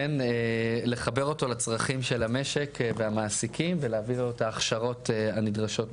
לחבר אותו לצרכים של המשק והמעסיקים ולהביא לו את ההכשרות הנדרשות בשוק.